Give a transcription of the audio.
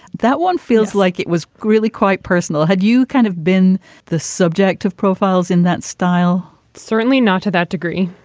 that one feels like it was really quite personal. had you kind of been the subject of profiles in that style? certainly not to that degree.